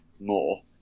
more